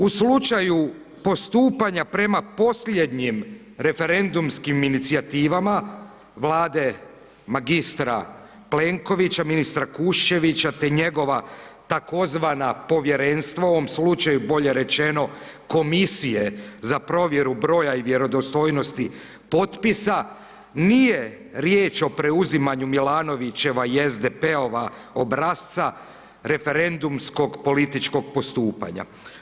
U slučaju postupanja prema posljednjim referendumskim inicijativama, vlade, magistra Plenkovića, ministra Kuščevića, te njegova tzv. povjerenstva, u ovom slučaju, bolje rečeno, komisije, za provjeru broja i vjerodostojnosti potpisa, nije riječ o preuzimanju Milanovićeva i SDP-ova obrasca, referendumskog političkog postupanja.